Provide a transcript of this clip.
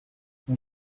این